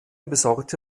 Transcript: besorgte